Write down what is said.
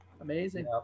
amazing